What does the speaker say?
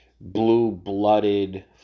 blue-blooded